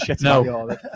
No